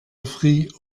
offrit